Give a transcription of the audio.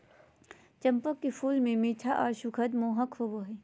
चंपा के फूल मे मीठा आर सुखद महक होवो हय